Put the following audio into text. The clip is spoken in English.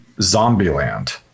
Zombieland